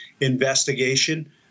investigation